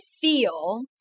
feel-